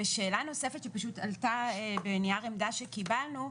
שאלה נוספת שפשוט עלתה בנייר עמדה שקיבלנו.